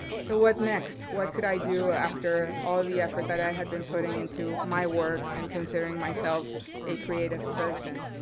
so what next? what could i do after all the effort that i had been putting into my work and considering myself a creative person?